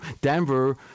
Denver